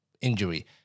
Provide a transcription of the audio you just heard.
injury